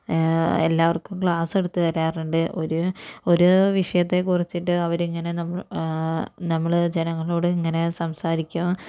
എല്ലാവർക്കും ക്ലാസ്സെടുത്ത് തരാറുണ്ട് ഒര് ഒര് വിഷയത്തെ കുറിച്ചിട്ട് അവരിങ്ങനെ നമ്മ നമ്മള് ജനങ്ങളോട് ഇങ്ങനെ സംസാരിക്കുകയും